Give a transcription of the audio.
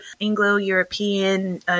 Anglo-European